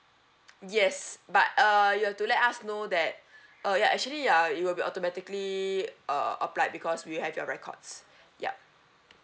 yes but uh you've to let us know that uh ya actually ya it'll be automatically uh applied because we have your records yup